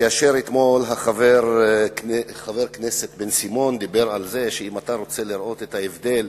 כאשר אתמול חבר הכנסת בן-סימון דיבר על זה שאם אתה רוצה לראות את ההבדל